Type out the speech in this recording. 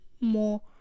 more